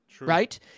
right